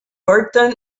burton